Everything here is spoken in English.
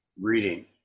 reading